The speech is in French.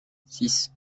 six